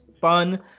fun